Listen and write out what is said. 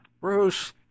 Bruce